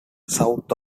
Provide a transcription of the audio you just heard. south